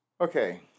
Okay